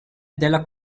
della